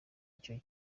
icyo